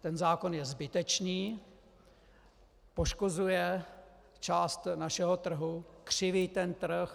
Ten zákon je zbytečný, poškozuje část našeho trhu, křiví ten trh.